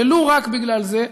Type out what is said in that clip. ולו רק בגלל זה.